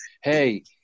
hey